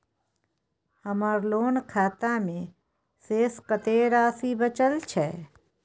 हमर लोन खाता मे शेस कत्ते राशि बचल छै?